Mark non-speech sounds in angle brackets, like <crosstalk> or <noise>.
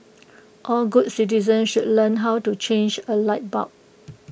<noise> all good citizens should learn how to change A light bulb